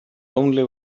only